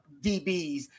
DBs